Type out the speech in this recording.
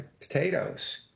potatoes